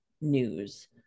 news